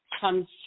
comes